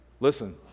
Listen